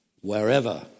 wherever